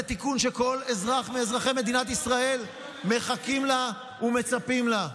תיקון שכל אזרח מאזרחי מדינת ישראל מחכה לו ומצפה לו.